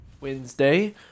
Wednesday